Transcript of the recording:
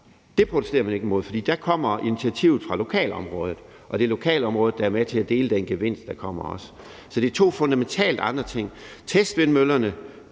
Det protesterer man ikke imod, for der kommer initiativet fra lokalområdet, og det er også lokalområdet, der er med til at dele den gevinst, der kommer. Så det er to fundamentalt forskellige ting. Testvindmøllerne